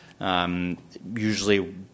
Usually